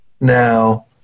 now